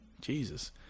Jesus